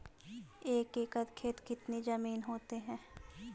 एक एकड़ खेत कितनी जमीन होते हैं?